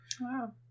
Wow